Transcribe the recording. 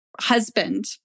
husband